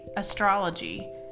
astrology